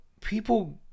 people